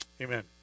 Amen